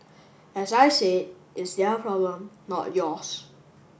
as I said it's their problem not yours